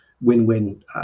win-win